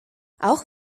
auch